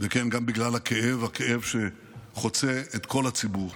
וכן, גם בגלל הכאב, הכאב שחוצה את כל הציבור.